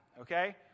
okay